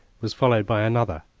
was followed by another,